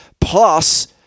Plus